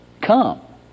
come